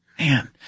Man